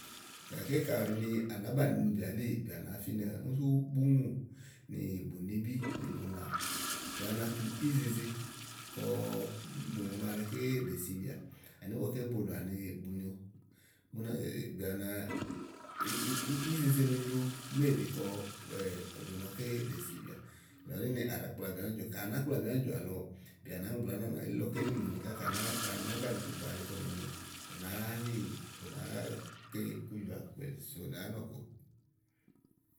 gàké kayi à nàá banìi nì bìà elíì bìà bàáá fínɛwɛɛ̀. úni sú bùŋù nì bùnibí nì bùlà bìà na tu ízeze kɔ ùŋò maké ɖèe sibìà ani ígbɔké bòlò àni bu nyo búnà zé bìà una ízeze no nyo méèɖe kɔ kɔ ùŋò màaké èzèbìà kàɖi ni à ɖàa kplabìà úni jɔ̀ ka à nàá kplabìà úni jɔ̀ɔ̀ bìà bú nàáá mi gblɔ̀ ánɔ̀nɔ̀ɔ̀ elílɔ ké ɖí mòonìká à nàá ka à nàá banìì iku gbàale kɔ ùŋò ù nàáá zì ù nàáá ke iku jɔ̀à sònìà ánɔ̀kuù